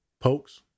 pokes